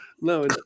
No